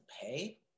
pay